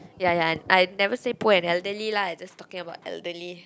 ya ya I never say poor and elderly lah I just talking about elderly